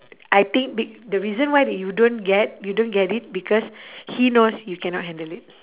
I think be~ the reason why that you don't get you don't get it because he knows you cannot handle it